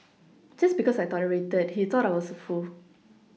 just because I tolerated he thought I was a fool